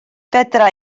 fedra